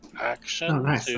action